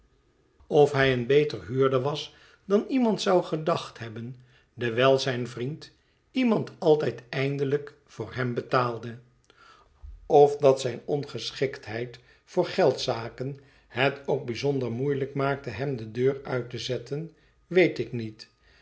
of hij een beter huurder was dan iemand zou gedacht hebben dewijl zijn vriend iemand altijd eindelijk voor hem betaalde of dat zijne ongeschiktheid voor geldzaken het ook bijzonder moeielijk maakte hem de deur uit te zetten weet ik niet